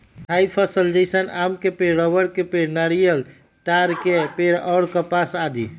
स्थायी फसल जैसन आम के पेड़, रबड़ के पेड़, नारियल, ताड़ के पेड़ और कपास आदि